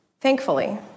Thankfully